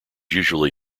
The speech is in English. usually